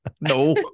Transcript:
no